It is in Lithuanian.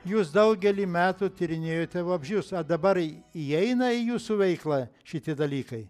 jūs daugelį metų tyrinėjote vabzdžius dabar įeina į jūsų veiklą šitie dalykai